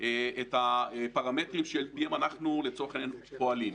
את הפרמטרים שעל פיהם אנחנו לצורך העניין פועלים.